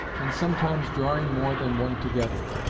and sometimes drawing more than one together.